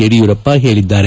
ಯಡಿಯೂರಪ್ಪ ಹೇಳಿದ್ದಾರೆ